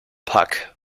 pack